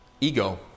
ego